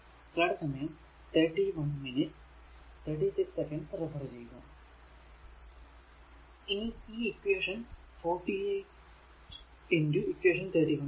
ഇനി equation 48 equation 31 കൊടുക്കുക